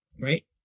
Right